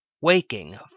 WAKING